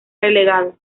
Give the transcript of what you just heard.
relegado